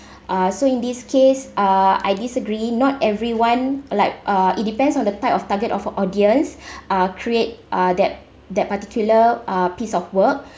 uh so in this case uh I disagree not everyone like uh it depends on the type of target of audience uh create uh that that particular uh piece of work